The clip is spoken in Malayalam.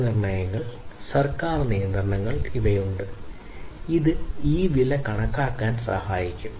വിലനിർണ്ണയങ്ങൾ സർക്കാർ നിയന്ത്രണങ്ങൾ ഉണ്ട് ഇത് ഈ വില കണക്കാക്കാൻ സഹായിക്കും